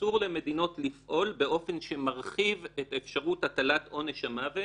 אסור למדינות לפעול באופן שמרחיב את אפשרות הטלת עונש המוות